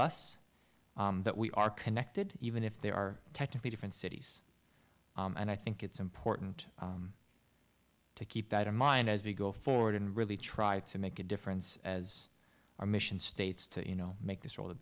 of us that we are connected even if they are technically different cities and i think it's important to keep that in mind as we go forward and really try to make a difference as our mission states to you know make this world a